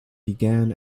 began